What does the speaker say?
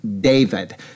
David